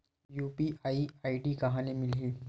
UPI ID कहां ले मिलही?